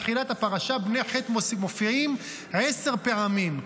בתחילת הפרשה בני חת מופיעים עשר פעמים,